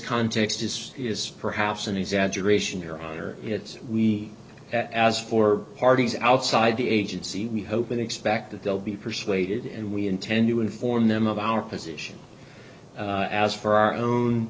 context is is perhaps an exaggeration your honor it's we as for parties outside the agency we hope and expect that they'll be persuaded and we intend to inform them of our position as for our own